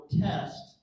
test